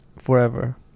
forever